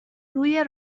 روی